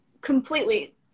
completely